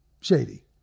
shady